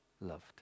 loved